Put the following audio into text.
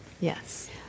Yes